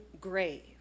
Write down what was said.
grave